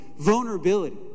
vulnerability